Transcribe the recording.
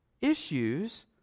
issues